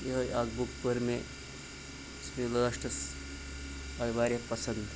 یِہوٚے اَکھ بُک پٔر مےٚ یُس مےٚ لاسٹَس آیہِ واریاہ پَسنٛد